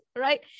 right